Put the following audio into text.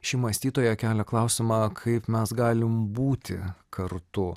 ši mąstytoja kelia klausimą kaip mes galim būti kartu